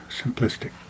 simplistic